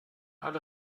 alle